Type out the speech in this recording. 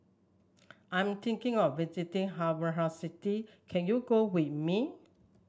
I'm thinking of visiting Afghanistan city can you go with me